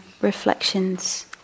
reflections